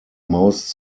most